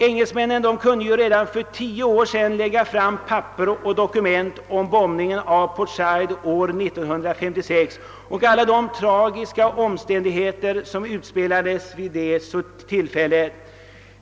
Engelsmännen kunde redan för tio år sedan lägga fram dokument om bombningen av Port Said 1956 och alla de händelser som utspelades vid det tillfället.